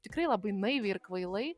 tikrai labai naiviai ir kvailai